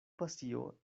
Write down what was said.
pasio